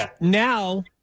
now